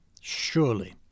Surely